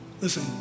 Listen